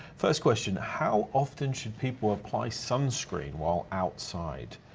first question, how often should people apply sunscreen while outside,